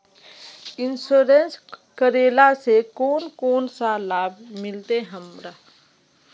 Insurance करेला से कोन कोन सा लाभ मिलते हमरा?